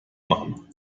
machen